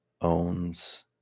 owns